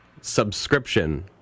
Subscription